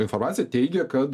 informacija teigė kad